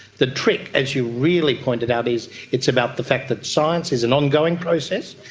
the trick, as you really pointed out, is it's about the fact that science is an ongoing process,